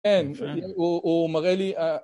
אין, הוא מראה לי